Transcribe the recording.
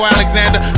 Alexander